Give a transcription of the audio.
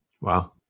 Wow